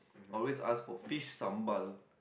always ask for fish sambal